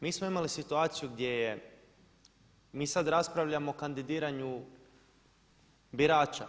Mi smo imali situaciju gdje je, mi sad raspravljamo o kandidiranju birača.